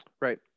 Right